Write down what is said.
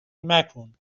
مکن